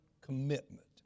commitment